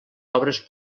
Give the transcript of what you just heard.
obres